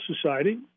Society